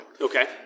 Okay